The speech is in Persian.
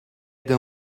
عده